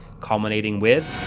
culminating with,